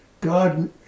God